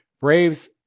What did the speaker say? Braves